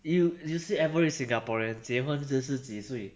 you you see average singaporean 结婚是几岁